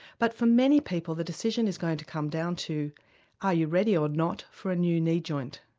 but for many people the decision is going to come down to are you ready or not for a new knee joint.